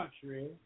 country